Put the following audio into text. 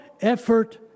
effort